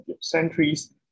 centuries